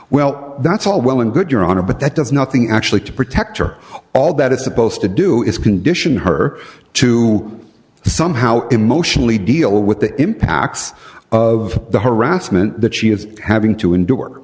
well that's all well and good your honor but that does nothing actually to protect her all that is supposed to do is condition her to somehow emotionally deal with the impacts of the harassment that she is having to end